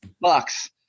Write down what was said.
bucks